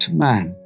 man